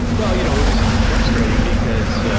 well, you know, it was frustrating because